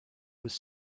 was